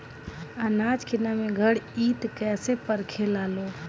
आनाज के नमी घरयीत कैसे परखे लालो?